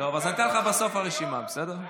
אני אתן לך בסוף הרשימה, בסדר?